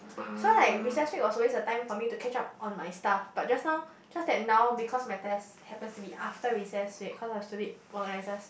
so like recess break was always a time for me to catch up on my stuff but just now just that now because my test happens to be after recess break because of stupid organisers